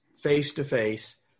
face-to-face